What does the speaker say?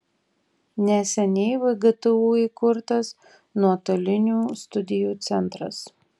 neseniai vgtu įkurtas nuotolinių studijų centras